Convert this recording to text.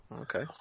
Okay